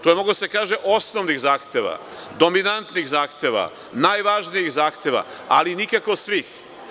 Moglo je da se kaže - osnovnih zahteva, dominantnih zahteva, najvažnijih zahteva, ali nikako svih.